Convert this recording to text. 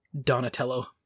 Donatello